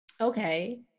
okay